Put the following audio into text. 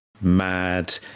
mad